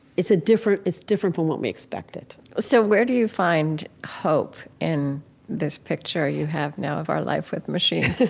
it's different it's different from what we expected so where do you find hope in this picture you have now of our life with machines?